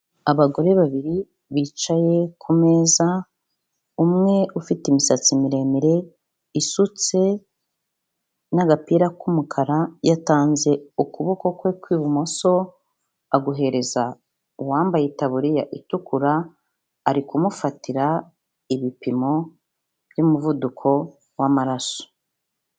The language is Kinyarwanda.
Abagore babiri bicaye ku meza, umwe ufite imisatsi miremire isutse n'agapira k'umukara, yatanze ukuboko kwe kw'ibumoso aguhereza uwambaye itabuririya itukura, ari kumufatira ibipimo by'umuvuduko w'amaso.